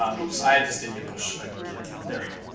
um oops. i just did git push again. there we go.